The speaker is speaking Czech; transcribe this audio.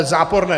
Záporné!